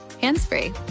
hands-free